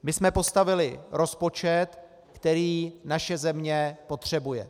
My jsme postavili rozpočet, který naše země potřebuje.